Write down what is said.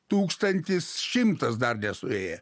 tūkstantis šimtas dar nesuėję